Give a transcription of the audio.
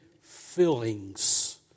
fillings